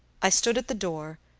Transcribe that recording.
i stood at the door,